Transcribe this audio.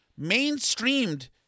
mainstreamed